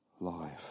life